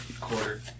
quarter